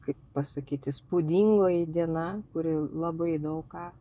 kaip pasakyt įspūdingoji diena kuri labai daug ką